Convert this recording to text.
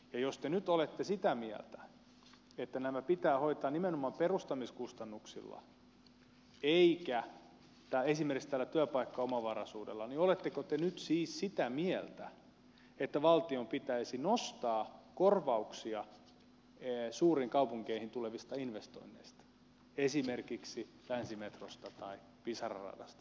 jos te nyt olette sitä mieltä että nämä pitää hoitaa nimenomaan perustamiskustannuksilla eikä esimerkiksi tällä työpaikkaomavaraisuudella niin oletteko te nyt siis sitä mieltä että valtion pitäisi nostaa korvauksia suuriin kaupunkeihin tulevista investoinneista esimerkiksi länsimetrosta tai pisara radasta